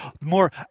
more